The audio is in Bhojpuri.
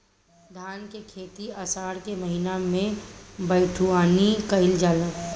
धान के खेती आषाढ़ के महीना में बइठुअनी कइल जाला?